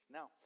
Now